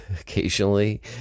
occasionally